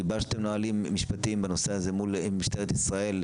גיבשתם נהלים משפטיים בנושא הזה מול משטרת ישראל,